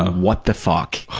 what the fuck?